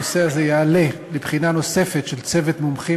הנושא הזה יעלה לבחינה נוספת של צוות מומחים